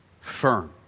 firm